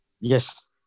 yes